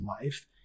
life